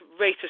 racist